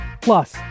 Plus